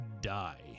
die